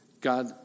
God